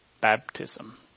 baptism